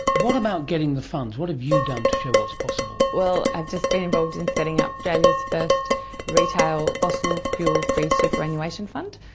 what about getting the funds? what have you done to show what's possible? well, i've just been involved in setting up australia's first retail fossil fuel-free superannuation fund.